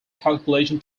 calculation